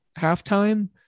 halftime